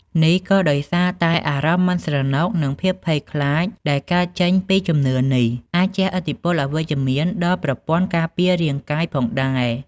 នេះក៏ដោយសារតែអារម្មណ៍មិនស្រណុក និងភាពភ័យខ្លាចដែលកើតចេញពីជំនឿនេះ អាចជះឥទ្ធិពលអវិជ្ជមានដល់ប្រព័ន្ធការពាររាងកាយផងដែរ។